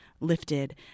lifted